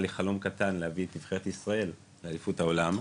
היה לי חלום קטן להביא את נבחרת ישראל לאליפות העולם.